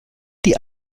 die